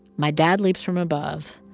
my dad leaps from above,